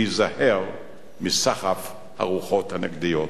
להיזהר מסחף הרוחות הנגדיות.